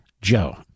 Joe